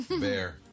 Bear